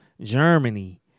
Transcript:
Germany